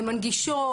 מנגישות.